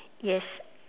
yes